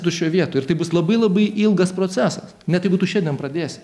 atsirasti tuščioj vietoj ir tai bus labai labai ilgas procesas net jeigu tu šiandien pradėsi